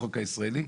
הישראלי.